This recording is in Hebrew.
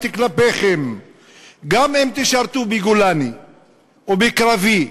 כלפיכם גם אם תשרתו בגולני או בקרבי.